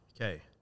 Okay